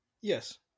Yes